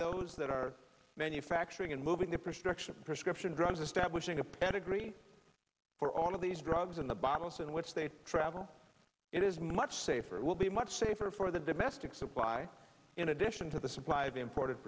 those that are manufacturing and moving the prescription prescription drugs establishing a pedigree for all of these drugs in the bottles in which they travel it is much safer it will be much safer for the domestic supply in addition to the supply of import